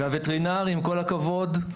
עם כל הכבוד,